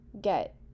get